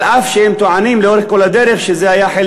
אף שהם טוענים לאורך כל הדרך שזה היה חלק